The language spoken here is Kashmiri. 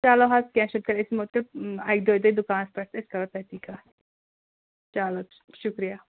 چلو حظ کینٛہہ چھُنہٕ تہٕ أسۍ یِمو تیٚلہِ اَکہِ دۄیہِ دۄہہِ دُکانَس پٮ۪ٹھ تہٕ أسۍ کَرو تٔتی کَتھ چلو شُکریہ